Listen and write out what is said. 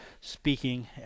speaking